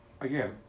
again